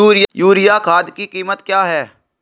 Urea खाद की कीमत क्या है?